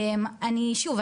אני שוב,